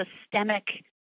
systemic